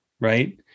right